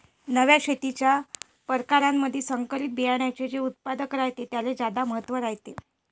नव्या शेतीच्या परकारामंधी संकरित बियान्याचे जे उत्पादन रायते त्याले ज्यादा महत्त्व रायते